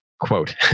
Quote